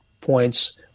points